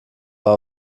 war